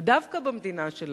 ודווקא במדינה שלנו,